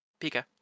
Pika